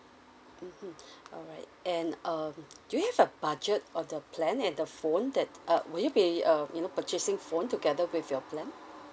mmhmm alright and um do you have a budget of the plan and the phone that uh would you be um you know purchasing phone together with your plan